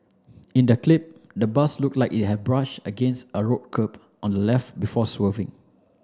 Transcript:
in the clip the bus look like it had brush against a road curb on the left before swerving